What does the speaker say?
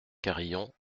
carillon